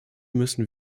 müssen